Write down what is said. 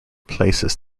places